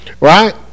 right